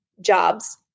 jobs